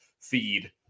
feed